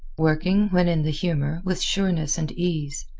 working, when in the humor, with sureness and ease.